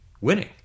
winning